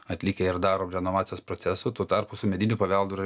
atlikę ir darom renovacijos procesų tuo tarpu su mediniu paveldu yra